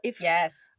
Yes